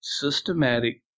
systematic